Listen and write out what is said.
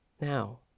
now